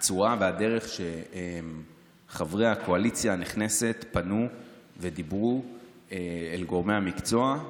זו הצורה והדרך שבה חברי הקואליציה הנכנסת פנו ודיברו אל גורמי המקצוע,